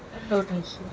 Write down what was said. Indonesia